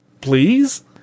Please